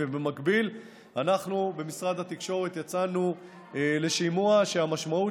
ובמקביל אנחנו במשרד התקשורת יצאנו לשימוע שהמשמעות